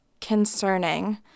concerning